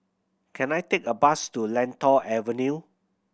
can I take a bus to Lentor Avenue